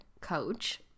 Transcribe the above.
coach